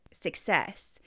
success